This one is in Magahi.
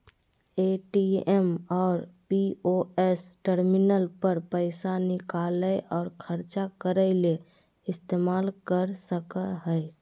ए.टी.एम और पी.ओ.एस टर्मिनल पर पैसा निकालय और ख़र्चा करय ले इस्तेमाल कर सकय हइ